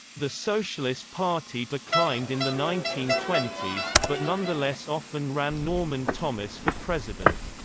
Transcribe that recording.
the socialist party declined in the nineteen twenty s, but nonetheless often ran norman thomas for president.